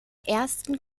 ersten